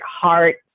heart